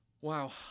Wow